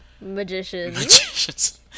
magicians